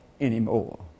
anymore